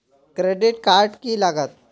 Credit card की लागत?